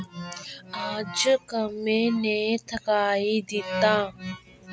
अज्ज कम्मै नै थकाई दित्ता